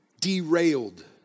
derailed